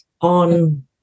on